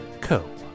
co